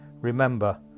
remember